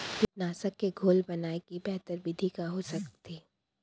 कीटनाशक के घोल बनाए के बेहतर विधि का हो सकत हे?